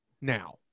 now